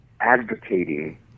advocating